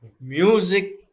Music